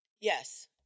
Yes